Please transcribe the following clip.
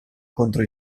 contro